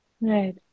Right